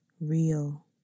real